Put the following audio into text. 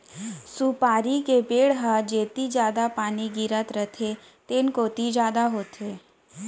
सुपारी के पेड़ ह जेती जादा पानी गिरत रथे तेन कोती जादा होथे